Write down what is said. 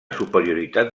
superioritat